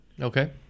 Okay